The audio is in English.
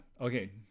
Okay